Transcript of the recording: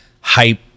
hype